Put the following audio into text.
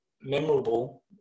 memorable